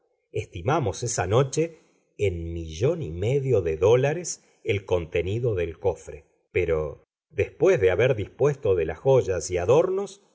estimamos esa noche en millón y medio de dólares el contenido del cofre pero después de haber dispuesto de las joyas y adornos